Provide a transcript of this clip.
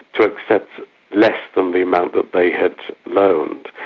to accept less than the amount that they had loaned.